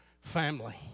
family